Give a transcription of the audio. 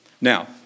Now